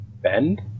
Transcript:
Bend